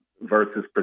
versus